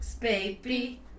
baby